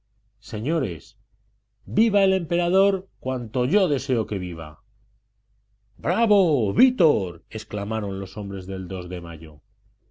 señores viva el emperador cuanto yo deseo que viva bravo vítor exclamaron los hombres del de mayo